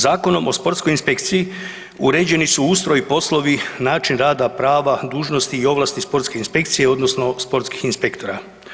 Zakonom o sportskoj inspekciji uređeni su ustroj i poslovi, način rada, prava, dužnosti i ovlasti sportske inspekcije odnosno sportskih inspektora.